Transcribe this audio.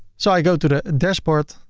so i go to the dashboard